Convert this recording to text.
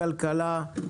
ממשיכים,